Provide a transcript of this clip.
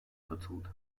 katıldı